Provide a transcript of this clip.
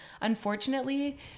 Unfortunately